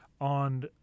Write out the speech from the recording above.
on